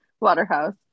Waterhouse